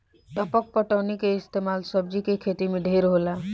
टपक पटौनी के इस्तमाल सब्जी के खेती मे ढेर होला